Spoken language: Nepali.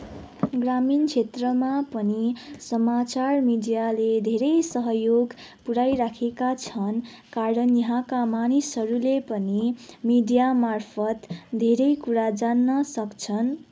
ग्रामीण क्षेत्रमा पनि समाचार मिडियाले धेरै सहयोग पुर्याइराखेका छन् कारण यहाँका मानिसहरूले पनि मिडियामार्फत धेरै कुरा जान्न सक्छन्